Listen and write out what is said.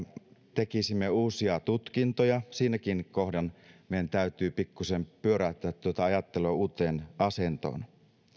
tekisimme uusia tutkintoja siinäkin kohden meidän täytyy pikkuisen pyöräyttää tuota ajattelua uuteen asentoon